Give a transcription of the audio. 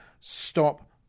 stop